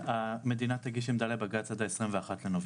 המדינה תגיש עמדה לבג"צ עד העשרים ואחד לנובמבר,